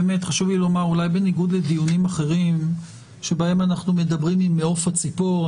אולי בניגוד לדיונים אחרים בהם אנחנו מדברים ממעוף הציפור,